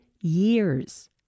years